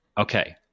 Okay